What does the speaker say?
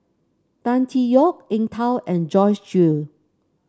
Tan Tee Yoke Eng Tow and Joyce Jue